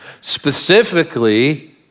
Specifically